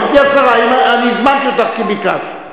גברתי השרה, אני הזמנתי אותך כי ביקשת.